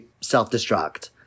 self-destruct